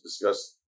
discuss